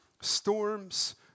Storms